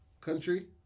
country